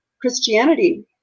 Christianity